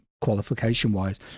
qualification-wise